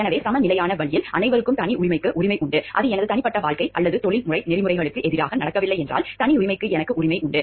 எனவே சமநிலையான வழியில் அனைவருக்கும் தனியுரிமைக்கு உரிமை உண்டு அது எனது தனிப்பட்ட வாழ்க்கை அல்லது தொழில்முறை நெறிமுறைகளுக்கு எதிராக நடக்கவில்லை என்றால் தனியுரிமைக்கு எனக்கு உரிமை உண்டு